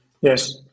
Yes